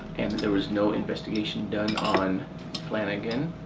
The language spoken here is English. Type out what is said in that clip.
and that there was no investigation done on flannagan,